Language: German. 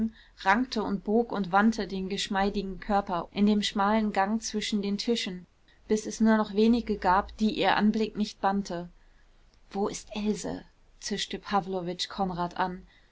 rankte und bog und wandte den geschmeidigen körper in dem schmalen gang zwischen den tischen bis es nur noch wenige gab die ihr anblick nicht bannte wo ist else zischte pawlowitsch konrad an